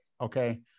Okay